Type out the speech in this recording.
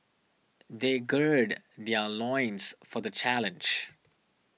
they gird their loins for the challenge